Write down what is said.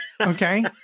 okay